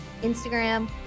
Instagram